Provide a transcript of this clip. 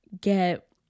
get